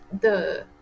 the-